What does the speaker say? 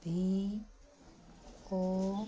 ती को